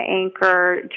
anchor